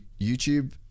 youtube